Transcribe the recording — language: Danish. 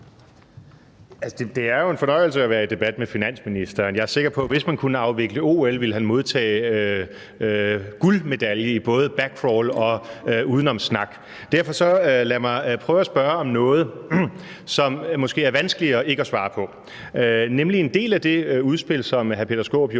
det er jo en fornøjelse at være i debat med finansministeren. Jeg er sikker på, at hvis man kunne afvikle OL, ville han modtage guldmedalje i både back crawl og udenomssnak. Så lad mig derfor prøve at spørge om noget, som måske er vanskeligere ikke at svare på, nemlig det, at en del af det udspil, som hr. Peter Skaarup